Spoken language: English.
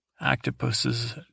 Octopuses